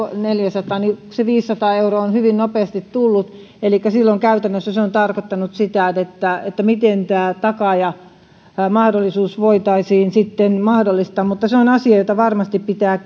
kolmannesta niin se viisisataa euroa on hyvin nopeasti tullut elikkä silloin käytännössä se tarkoittaa sitä miten tämä takaajamahdollisuus voitaisiin sitten mahdollistaa mutta se on asia jota varmasti pitää